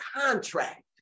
contract